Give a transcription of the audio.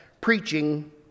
preaching